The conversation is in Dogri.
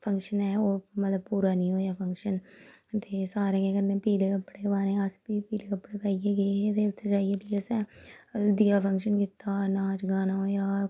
फंगशन ऐ ओह् मतलब पूरा नी होएआ फंगशन ते सारें केह् करने पीले कपड़े पाने अस बी पीले कपड़े पाइयै गे हे ते उत्थें जाइयै असें हल्दी दा फंगशन कीता हा नाच गाना होएआ